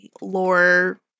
lore